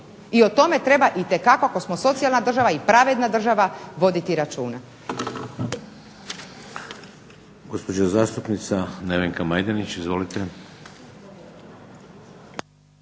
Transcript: i o tome treba itekako ako smo socijalna i pravedna država voditi računa.